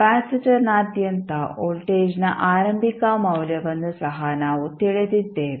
ಕೆಪಾಸಿಟರ್ನಾದ್ಯಂತ ವೋಲ್ಟೇಜ್ನ ಆರಂಭಿಕ ಮೌಲ್ಯವನ್ನು ಸಹ ನಾವು ತಿಳಿದಿದ್ದೇವೆ